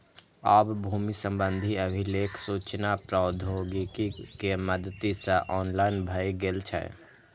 आब भूमि संबंधी अभिलेख सूचना प्रौद्योगिकी के मदति सं ऑनलाइन भए गेल छै